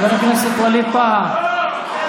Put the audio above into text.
חבר הכנסת ווליד טאהא.